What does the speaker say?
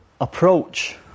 approach